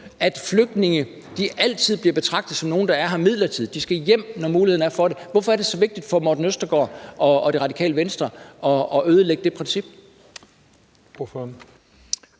at flygtninge altid bliver betragtet som nogle, der er her midlertidigt. De skal hjem, når muligheden er for det. Hvorfor er det så vigtigt for Morten Østergaard og Det Radikale Venstre at ødelægge det princip? Kl.